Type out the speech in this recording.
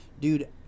dude